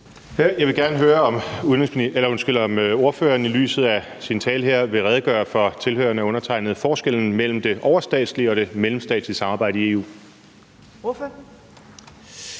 Jeg vil gerne høre, om ordføreren i lyset af sin tale her vil redegøre for tilhørende og undertegnede med hensyn til forskellen mellem det overstatslige og det mellemstatslige samarbejde i EU. Kl.